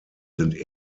sind